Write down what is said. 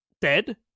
dead